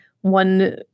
one